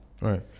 Right